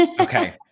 Okay